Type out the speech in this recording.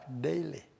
daily